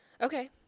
Okay